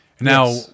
Now